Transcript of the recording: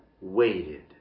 Waited